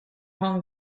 home